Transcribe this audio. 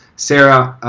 sarah,